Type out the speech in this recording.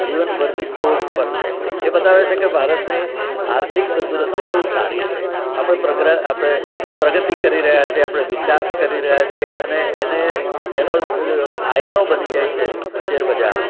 જીવનભરની ટોચ પર છે એ બતાવે છે કે ભારતની આર્થિક તંદુરસ્તી બહુ સારી છે આપણે આપણે પ્રગતિ કરી રહ્યા છીએ આપણે વિકાસ કરી રહ્યા છીએ અને એનો આઇનો બની જાય છે શેરબજાર